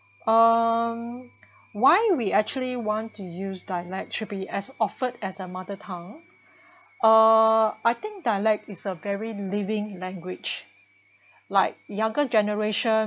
um why we actually want to use dialect should be as offered as a mother tongue uh I think dialect is a very leaving language like younger generation